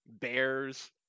bears